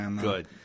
good